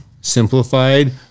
simplified